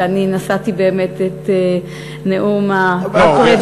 כשאני נשאתי באמת את נאום הפרידה והסיכום בנושא,